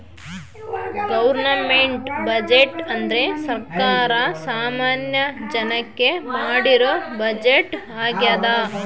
government budget ಅಂದ್ರೆ ಸರ್ಕಾರ ಸಾಮಾನ್ಯ ಜನಕ್ಕೆ ಮಾಡಿರೋ ಬಜೆಟ್ ಆಗ್ಯದ